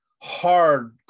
hard